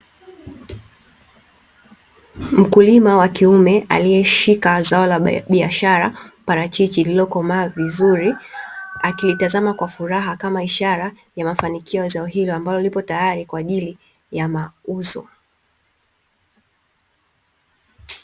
Mkulima wa kiume aliyeshika zao la biashara parachichi, lililokomaa vizuri, akilitazama kwa furaha kama ishara ya mafanikio ya zao hilo, ambalo lipo tayari kwa ajili ya mauzo.